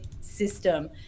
system